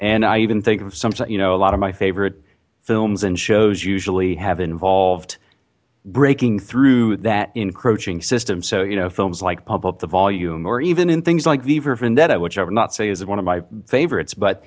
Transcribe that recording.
and i even think of something you know a lot of my favorite films and shows usually have involved breaking through that encroaching system so you know films like pump up the volume or even in things like v for vendetta which i would not say is one of my favorites but